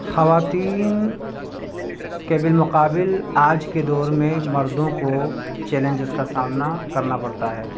خواتین کے بالمقابل آج کے دور میں مردوں کو چیلنجز کا سامنا کرنا پڑتا ہے